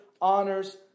honors